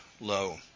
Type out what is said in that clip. low